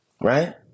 right